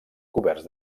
coberts